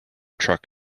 truck